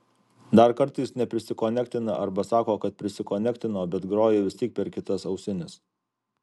dar kartais neprisikonektina arba sako kad prisikonektino bet groja vis tiek per kitas ausines